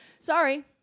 sorry